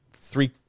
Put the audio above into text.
three